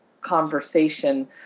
conversation